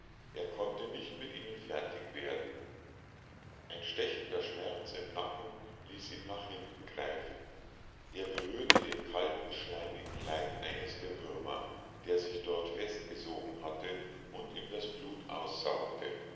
er konnte nicht mit ihnen fertig werden ein stechender schmerz im nacken ließ ihn nach hinten greifen er berührte den kalten schleimigen leib eines der würmer der sich dort festgesogen hatte und ihm das blut aussaugte